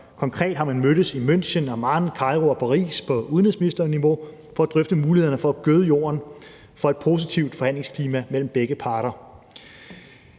Konkret har man mødtes i München, Amman, Kairo og Paris på udenrigsministerniveau for at drøfte mulighederne for at gøde jorden for et positivt forhandlingsklima mellem begge parter.